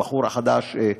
הבחור החדש,